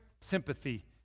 sympathy